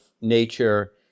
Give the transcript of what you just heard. nature